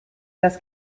das